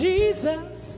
Jesus